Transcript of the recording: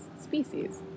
Species